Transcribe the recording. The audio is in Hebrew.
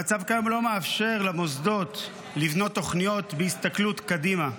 המצב כיום לא מאפשר למוסדות לבנות תוכניות בהסתכלות קדימה.